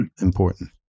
important